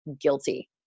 guilty